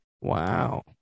Wow